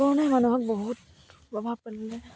কৰোণাই মানুহক বহুত প্ৰভাৱ পেলালে